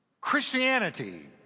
Christianity